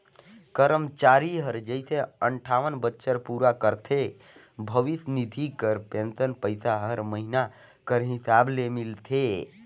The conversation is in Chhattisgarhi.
करमचारी हर जइसे अंठावन बछर पूरा करथे भविस निधि कर पेंसन पइसा हर महिना कर हिसाब ले मिलथे